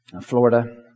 Florida